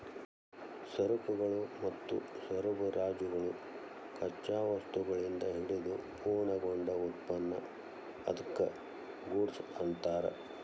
ಸರಕುಗಳು ಮತ್ತು ಸರಬರಾಜುಗಳು ಕಚ್ಚಾ ವಸ್ತುಗಳಿಂದ ಹಿಡಿದು ಪೂರ್ಣಗೊಂಡ ಉತ್ಪನ್ನ ಅದ್ಕ್ಕ ಗೂಡ್ಸ್ ಅನ್ತಾರ